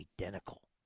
identical